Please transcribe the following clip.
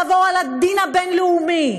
לעבור על הדין הבין-לאומי,